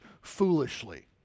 foolishly